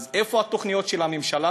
אז איפה התוכניות של הממשלה?